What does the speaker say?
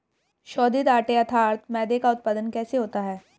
शोधित आटे अर्थात मैदे का उत्पादन कैसे होता है?